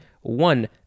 One